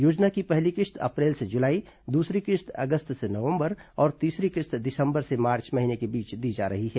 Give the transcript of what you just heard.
योजना की पहली किश्त अप्रैल से जुलाई दूसरी किश्त अगस्त से नवंबर और तीसरी किश्त दिसंबर से मार्च महीने के बीच दी जा रही है